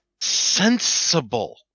sensible